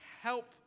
help